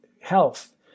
health